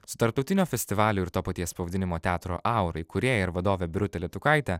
su tarptautinio festivalio ir to paties pavadinimo teatro aura įkūrėja ir vadove birute letukaite